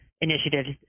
initiatives